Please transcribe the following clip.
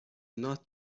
not